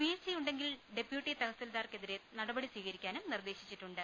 വീഴ്ചയുണ്ടെങ്കിൽ deputy തഹസിൽദാർക്കെ തിരെ നടപടി സ്വീകരിക്കാനും നിർദേശിച്ചിട്ടുണ്ട്